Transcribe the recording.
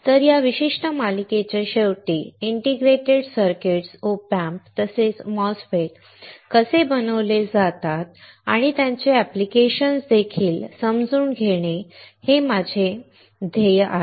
तर या विशिष्ट मालिकेच्या शेवटी इंटिग्रेटेड सर्किट्स OP Amps तसेच MOSFETS कसे बनवले जातात आणि त्यांचे ऍप्लिकेशन्सदेखील समजून घेणे हे माझे ध्येय आहे